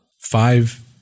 five